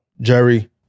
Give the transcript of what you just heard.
Jerry